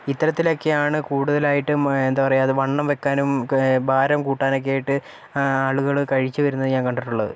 ഇത്തരത്തിലൊക്കെയാണ് കൂടുതലായിട്ടും എന്താ പറയ്യാ വണ്ണം വയ്ക്കാനും ഭാരം കൂട്ടാനൊക്കെയായിട്ട് ആളുകള് കഴിച്ചു വരുന്നത് ഞാൻ കണ്ടിട്ടുള്ളത്